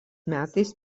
metais